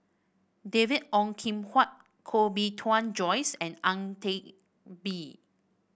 David Ong Kim Huat Koh Bee Tuan Joyce and Ang Teck Bee